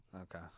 Okay